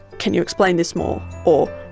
can you explain this more? or,